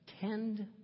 tend